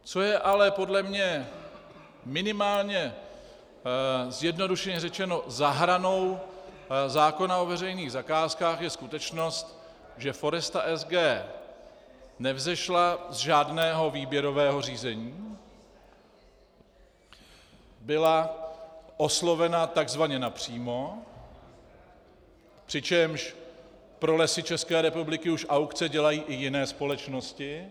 Co je ale podle mě minimálně, zjednodušeně řečeno, za hranou zákona o veřejných zakázkách, je skutečnost, že Foresta SG nevzešla z žádného výběrového řízení, byla oslovena tzv. napřímo, přičemž pro Lesy ČR už aukce dělají i jiné společnosti.